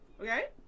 Okay